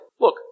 Look